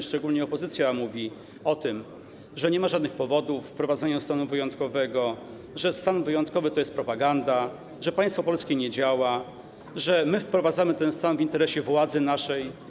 Szczególnie opozycja mówi o tym, że nie ma żadnych powodów wprowadzenia stanu wyjątkowego, że stan wyjątkowy to jest propaganda, że państwo polskie nie działa, że wprowadzamy ten stan w interesie naszej władzy.